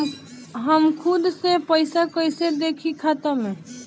हम खुद से पइसा कईसे देखी खाता में?